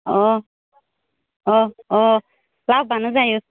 अ अ अ लाबबानो जायो